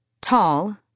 Tall